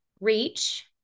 reach